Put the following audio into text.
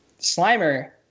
Slimer